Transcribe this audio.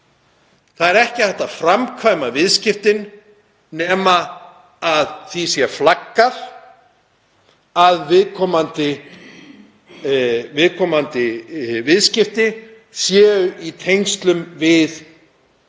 Það er ekki hægt að framkvæma viðskiptin nema því sé flaggað að viðkomandi viðskipti séu í tengslum við